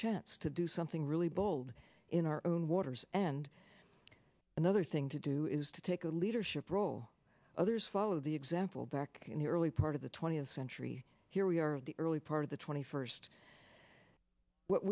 chance to do something really bold in our own waters and another thing to do is to take a leadership role others follow the example back in the early part of the twentieth century here we are of the early part of the twenty first what